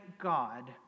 God